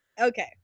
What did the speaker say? Okay